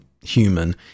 human